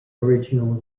original